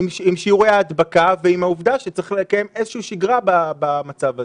שיעורי ההדבקה ועם העובדה שצריך לקיים איזושהי שגרה במצב הזה?